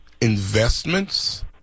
investments